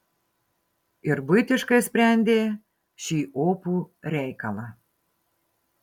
ir buitiškai sprendė šį opų reikalą